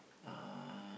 uh